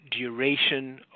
duration